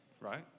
right